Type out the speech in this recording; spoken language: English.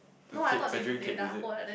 the tape measuring tape is it